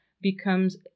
becomes